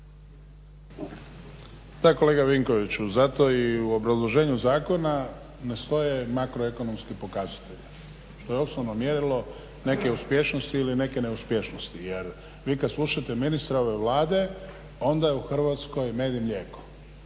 Da, kolega Vinkoviću zato i u obrazloženju zakona ne stoje makroekonomski pokazatelji što je osnovno mjerilo neke uspješnosti ili neke neuspješnosti. Jer vi kad slušate ministre ove Vlade onda je u Hrvatskoj med i mlijeko.